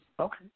Okay